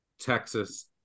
Texas